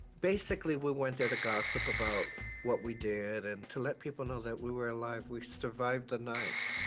basically, we went there to gossip about what we did, and to let people know that we were alive we survived the night.